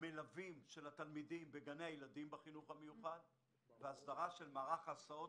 המלווים של התלמידים בגני הילדים בחינוך המיוחד והסדרה של מערך הסעות